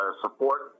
support